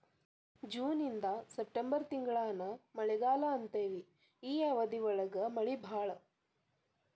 June ಇಂದ September ತಿಂಗಳಾನ ಮಳಿಗಾಲಾ ಅಂತೆವಿ ಈ ಅವಧಿ ಒಳಗ ಮಳಿ ಬಾಳ